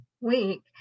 week